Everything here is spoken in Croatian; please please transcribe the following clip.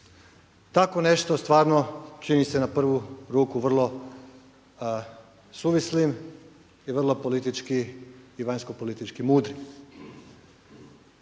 Tako nešto stvarno čini se na prvu ruku vrlo suvislim i vrlo politički i vanjskopolitički mudri.